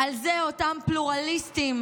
על זה אותם פלורליסטים,